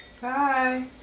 Bye